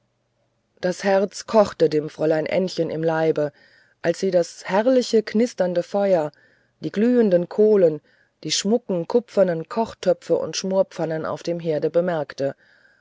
das herz kochte dem fräulein ännchen im leibe als sie das herrlich knisternde feuer die glühenden kohlen die schmucken kupfernen kochtöpfe und schmorpfannen auf dem herde bemerkte